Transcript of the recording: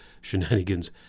shenanigans